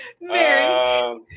Mary